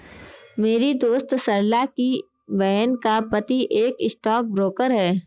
मेरी दोस्त सरला की बहन का पति एक स्टॉक ब्रोकर है